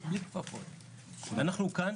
אנחנו כאן,